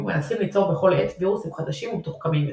ומנסים ליצור בכל עת וירוסים חדשים ומתוחכמים יותר.